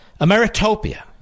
Ameritopia